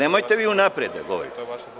Nemojte vi unapred da govorite.